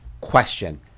Question